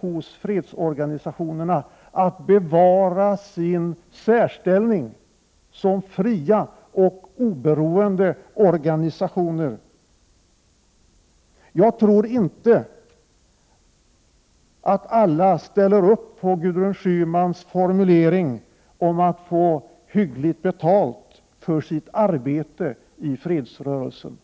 hos fredsorganisationerna finns intresse av att bevara sin särställning som fria och oberoende organisationer. Jag tror inte att alla ställer sig bakom Gudrun Schymans uttalande om att man skall få hyggligt betalt för sitt arbete i fredsrörelsen.